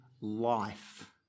life